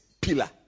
pillar